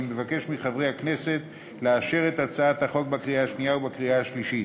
אני מבקש מחברי הכנסת לאשר את הצעת החוק בקריאה השנייה ובקריאה השלישית.